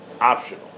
optional